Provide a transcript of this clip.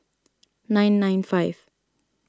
nine nine five